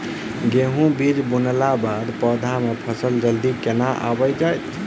गेंहूँ बीज बुनला बाद पौधा मे फसल जल्दी केना आबि जाइत?